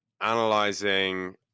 analyzing